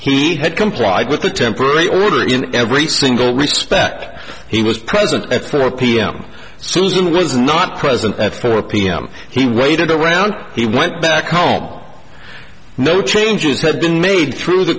he had complied with the temporary order in every single respect he was present at four pm susan was not present at four pm he waited around he went back home no changes have been made through the